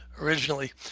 originally